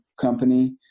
company